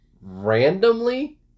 randomly